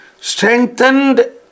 Strengthened